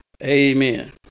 Amen